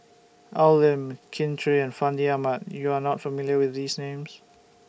Al Lim Kin Chui and Fandi Ahmad YOU Are not familiar with These Names